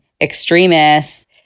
extremists